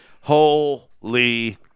Holy